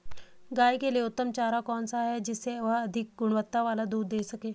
गाय के लिए उत्तम चारा कौन सा है जिससे वह अधिक गुणवत्ता वाला दूध दें सके?